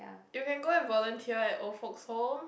you can go and volunteer at old folks' home